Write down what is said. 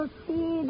see